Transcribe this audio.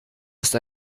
ist